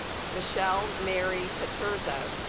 michele mary patters oh